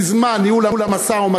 בזמן ניהול המשא-ומתן,